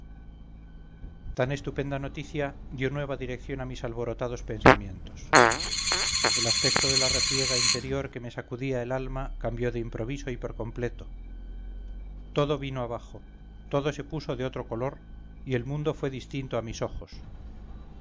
tan estupenda noticia dio nueva dirección a mis alborotados pensamientos el aspecto de la refriega interior que me sacudía el alma cambió de improviso y por completo todo vino abajo todo se puso de otro color y el mundo fue distinto a mis ojos